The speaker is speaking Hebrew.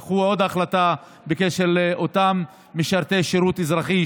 לקחו עוד החלטה בקשר לאותם משרתי שירות אזרחי,